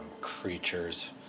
creatures